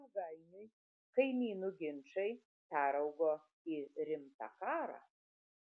ilgainiui kaimynų ginčai peraugo į rimtą karą